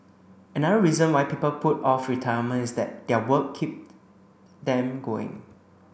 another reason why people put off retirement is that their work keep them going